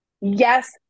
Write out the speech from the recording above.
Yes